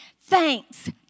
Thanks